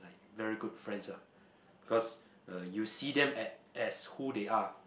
like very good friends ah because uh you see them at as who they are